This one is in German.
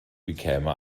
bekäme